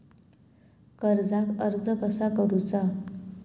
कर्जाक अर्ज कसा करुचा?